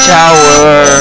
Tower